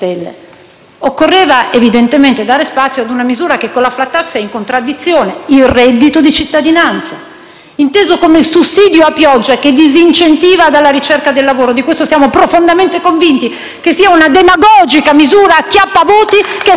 Occorreva, evidentemente, dare spazio ad una misura che con la *flat tax* è in contraddizione: il reddito di cittadinanza, inteso come sussidio a pioggia che disincentiva dalla ricerca del lavoro (di questo siamo profondamente convinti) una demagogica misura acchiappavoti che spaccherà in due